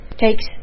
Takes